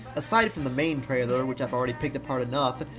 aside from the main trailer, which i've already picked apart enough,